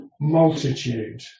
multitude